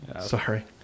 Sorry